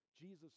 Jesus